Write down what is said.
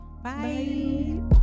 bye